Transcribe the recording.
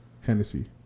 Hennessy